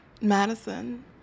Madison